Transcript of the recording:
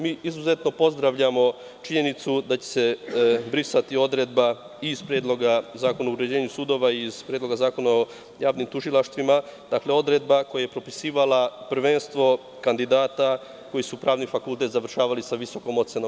Mi izuzetno pozdravljamo činjenicu da će se brisati odredba iz Predloga zakona o uređenju sudova i Predloga zakona o javnim tužilaštvima koja je propisivala prvenstvo kandidata koji su pravni fakultet završavali sa visokom ocenom.